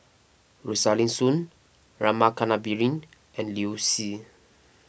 Rosaline Soon Rama Kannabiran and Liu Si